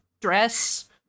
dress